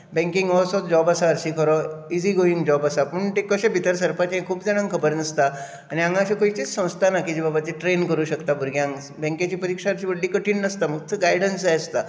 banking हो असो एक जॉब आसा हरशीं खरो इजी गोयींग जॉब आसता पूण ते कशें भितर सरपाचे तें खूब जाणांक खबर नासता आनी हांगा अशी खंयचीच संस्था ना की ती बाबा ट्रेन करूंक शकता भुरग्यांक बँकेची परिक्षा ती व्हडलीशी कठीण नासता फकत गायडंस जाय आसता